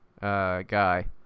guy